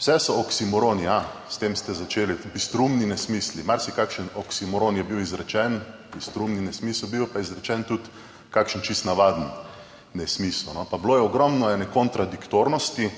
Vse so oksimoroni, ja, s tem ste začeli, bistroumni nesmisli. Marsikakšen oksimoron je bil izrečen, bistroumni nesmisel, bil pa je izrečen tudi kakšen čisto navaden nesmisel. Pa bilo je ogromno ene kontradiktornosti